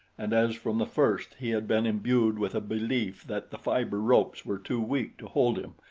and as from the first he had been imbued with a belief that the fiber ropes were too weak to hold him,